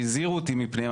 שהזהירו אותי מפניהם.